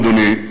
אדוני,